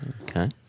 okay